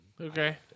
Okay